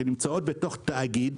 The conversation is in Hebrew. קיבלנו החלטה להקים תאגיד